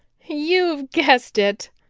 you've guessed it,